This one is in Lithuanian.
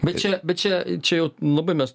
bet čia bet čia čia jau labai mes